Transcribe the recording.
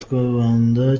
twibanda